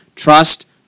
Trust